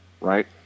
Right